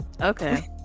okay